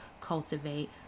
cultivate